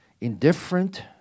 indifferent